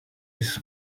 his